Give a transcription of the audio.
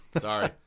Sorry